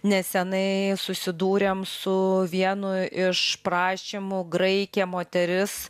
nesenai susidūrėm su vienu iš prašymų graikė moteris